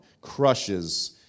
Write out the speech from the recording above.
crushes